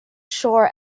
shore